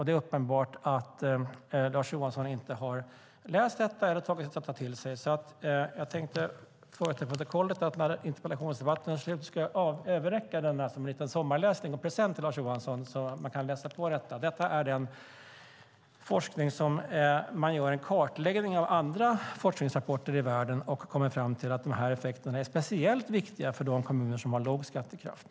Det är uppenbart att Lars Johansson inte har läst detta eller tagit det till sig. Jag tänkte be att få i protokollet antecknat att när interpellationsdebatten är slut ska jag överräcka, som en liten sommarläsning och present till Lars Johansson, en forskningsrapport där man gör en kartläggning av andra forskningsrapporter i världen och kommer fram till att effekterna är speciellt viktiga för de kommuner som har låg skattekraft.